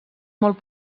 molt